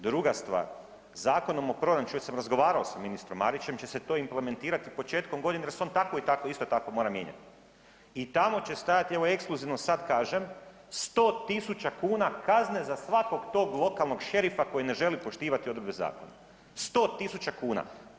Druga stvar, Zakonom o proračunu već sam razgovarao sa ministrom Marićem će se to implementirati početkom godine jer se on tako i tako isto tako mora mijenjati i tamo će stajati, evo ekskluzivno sad kažem 100.000 kuna kazne za svakog tog lokalnog šerifa koji ne želi poštivati odredbe zakona, 100.000 kuna.